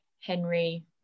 Henry